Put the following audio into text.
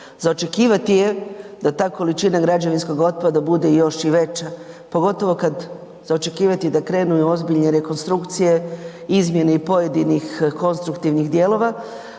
Za očekivati je da ta količina građevinskog otpada bude još i veća, pogotovo kad za očekivat je da krenu i ozbiljne rekonstrukcije, izmjene i pojedinih konstruktivnih dijelova.